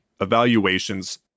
evaluations